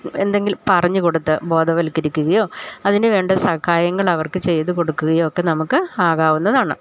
എന്തെങ്കിലും പറഞ്ഞു കൊടുത്ത് ബോധവൽക്കരിക്കുകയോ അതിന് വേണ്ട സഹായങ്ങൾ അവർക്ക് ചെയ്ത് കൊടുക്കുകയോ ഒക്കെ നമുക്ക് ആകാവുന്നതാണ്